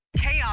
Chaos